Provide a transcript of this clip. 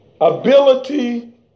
ability